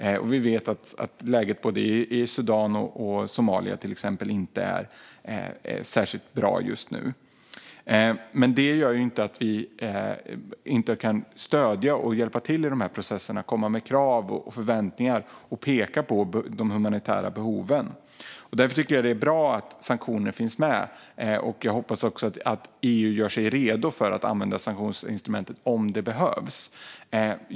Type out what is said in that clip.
Vi vet att läget i till exempel Sudan och Somalia inte är särskilt bra just nu. Det här gör dock inte att vi inte kan stödja och hjälpa till i processerna genom att komma med krav och förväntningar och peka på de humanitära behoven. Därför är det bra att sanktioner finns med i detta. Jag hoppas också att EU gör sig redo för att använda sanktionsinstrumentet om det behövs.